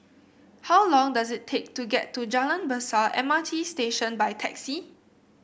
how long does it take to get to Jalan Besar M R T Station by taxi